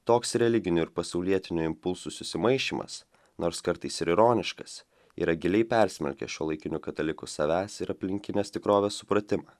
toks religinių ir pasaulietinių impulsų susimaišymas nors kartais ir ironiškas yra giliai persmelkęs šiuolaikinių katalikų savęs ir aplinkinės tikrovės supratimą